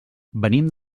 venim